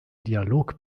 dialog